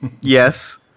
Yes